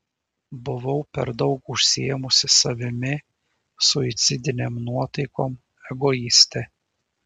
buvau per daug užsiėmusi savimi suicidinėm nuotaikom egoistė